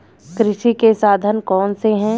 कृषि के साधन कौन कौन से हैं?